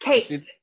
Kate